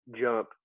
jump –